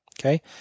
okay